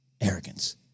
arrogance